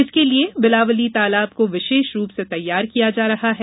इसके लिए बिलावली तालाब को विशेष रूप से तैयार किया जा रहा है